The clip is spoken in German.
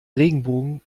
regenbogen